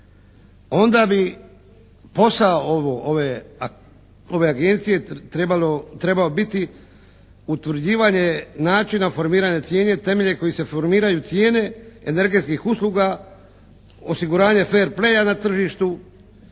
onda bi posao ove agencije trebao biti utvrđivanje načina formiranja cijene temelji koji se formiraju cijene energetskih usluga, osiguranja fer pleja na tržištu,